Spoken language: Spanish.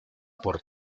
por